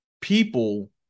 people